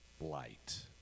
light